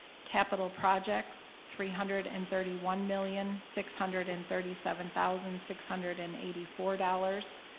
capital projects three hundred and thirty one million six hundred and thirty seven thousand six hundred and eighty four dollars,